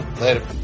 Later